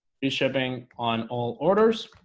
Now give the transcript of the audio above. free shipping on all orders